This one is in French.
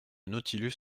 nautilus